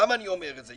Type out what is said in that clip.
למה אני אומר את זה?